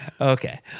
okay